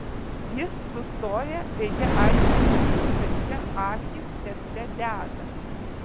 jis sustoja veide aiškiai matyti kančia akys degte dega